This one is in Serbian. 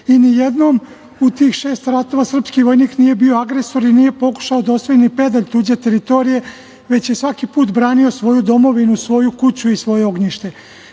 i nijednom u tih šest ratova srpski vojnik nije bio agresor i nije pokušao da osvoji ni pedalj tuđe teritorije, već je svaki put branio svoju domovinu, svoju kuću i svoje ognjište. Ne